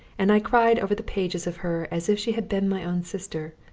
and i cried over the pages of her as if she had been my own sister.